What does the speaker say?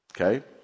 Okay